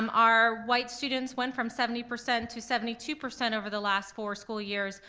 um our white students went from seventy percent to seventy two percent over the last four school years,